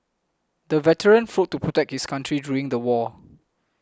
the veteran fought to protect his country during the war